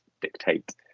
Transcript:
dictate